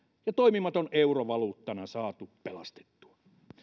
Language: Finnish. ja toimimaton euro valuuttana saatu pelastettua